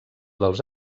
dels